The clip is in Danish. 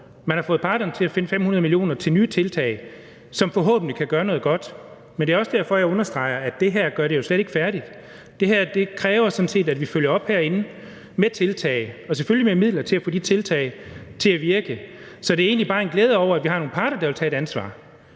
Man har fået parterne til at finde 500 mio. kr. til nye tiltag, som forhåbentlig kan gøre noget godt. Men det er også derfor, jeg understreger, at det her jo slet ikke gør det færdigt. Det her kræver sådan set, at vi følger op herinde med tiltag og selvfølgelig med midler til at få de tiltag til at virke. Så det er egentlig bare en glæde over, at vi har nogle parter, der vil tage et ansvar.